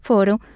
Foram